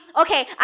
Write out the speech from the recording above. okay